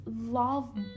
love